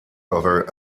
over